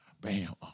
Bam